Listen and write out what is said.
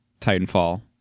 Titanfall